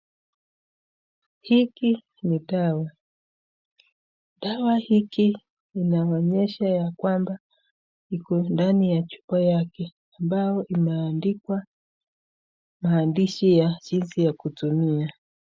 Hiki ni dawa. Dawa hiki inaonyesha ya kwamba iko ndani ya chupa yake ambayo imeandikwa maagizo ya jinsi ya kutumia.